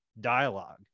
dialogue